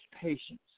patience